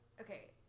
Okay